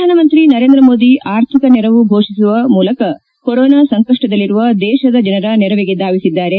ಪ್ರಧಾನಮಂತ್ರಿ ನರೇಂದ್ರ ಮೋದಿ ಆರ್ಥಿಕ ನೆರವು ಘೋಷಿಸುವ ಮೂಲಕ ಕೊರೊನಾ ಸಂಕಷ್ಟದಲ್ಲಿರುವ ದೇಶದ ಜನರ ನೆರವಿಗೆ ಧಾವಿಸಿದ್ದಾರೆ